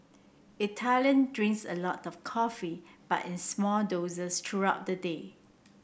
Italian drinks a lot of coffee but in small doses throughout the day